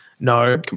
No